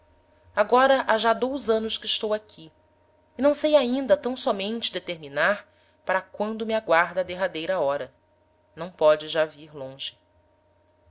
agora ha já dous anos que estou aqui e não sei ainda tam sómente determinar para quando me aguarda a derradeira hora não póde já vir longe